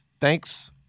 Thanks